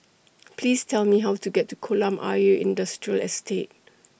Please Tell Me How to get to Kolam Ayer Industrial Estate